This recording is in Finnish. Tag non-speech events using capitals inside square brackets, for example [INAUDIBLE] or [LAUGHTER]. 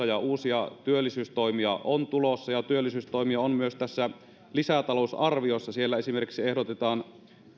[UNINTELLIGIBLE] ja uusia työllisyystoimia on tulossa ja työllisyystoimia on myös tässä lisätalousarviossa siellä esimerkiksi ehdotetaan